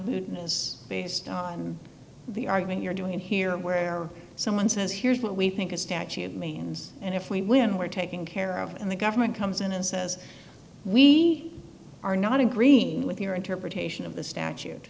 found is based on the argument you're doing here where someone says here's what we think a statute means and if we win we're taking care of it and the government comes in and says we are not agreeing with your interpretation of the statute